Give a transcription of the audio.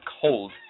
cold